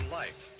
life